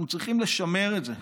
אנחנו צריכים לשמר את זה.